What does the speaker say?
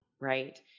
right